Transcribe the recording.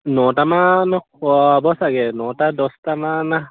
নটামান হ'ব চাগে নটা দহটামান